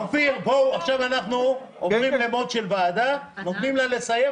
עכשיו אנחנו עוברים למוד של ועדה נותנים לה לסיים,